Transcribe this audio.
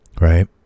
Right